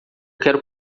quero